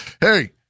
Hey